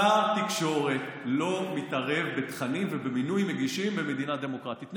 שר תקשורת לא מתערב בתכנים ובמינוי מגישים במדינה דמוקרטית.